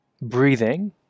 breathing